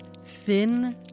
thin